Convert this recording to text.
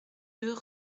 deux